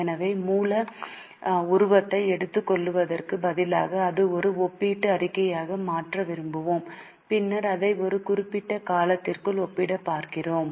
எனவே மூல உருவத்தை எடுத்துக் கொள்வதற்கு பதிலாக அதை ஒரு ஒப்பீட்டு அறிக்கையாக மாற்ற விரும்புகிறேன் பின்னர் அதை ஒரு குறிப்பிட்ட காலத்திற்குள் ஒப்பிட்டுப் பார்க்கிறோம்